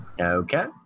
Okay